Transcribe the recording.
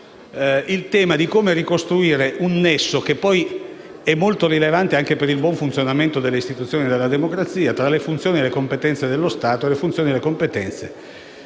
il tema di come ricostruire un nesso, che poi è molto rilevante anche per il buon funzionamento delle istituzioni della democrazia, tra le funzioni e le competenze dello Stato e le funzioni e le competenze